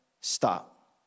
Stop